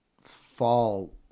fall